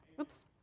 Oops